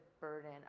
burden